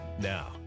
Now